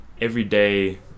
everyday